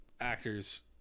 actors